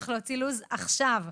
צריך להוציא לו"ז עכשיו.